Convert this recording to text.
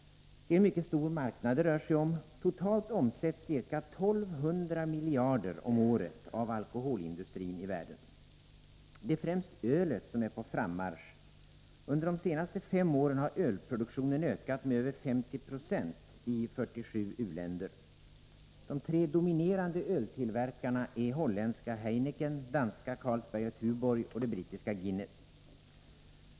Det är en mycket stor marknad det rör sig om — totalt omsätts ca 1 200 miljarder om året av alkoholindustrin i världen. Det är främst ölet som är på frammarsch. Under de senaste fem åren har ölproduktionen ökat med över 50 960 i 47 u-länder. De dominerande öltillverkarna är holländska Heineken, danska Carlsberg och Tuborg och brittiska Guinness.